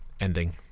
ending